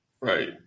right